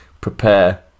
prepare